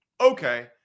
Okay